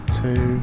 two